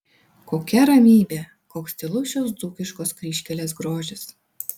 kokia ramybė koks tylus šios dzūkiškos kryžkelės grožis